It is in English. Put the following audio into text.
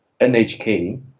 NHK